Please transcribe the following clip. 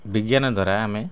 ବିଜ୍ଞାନ ଦ୍ୱାରା ଆମେ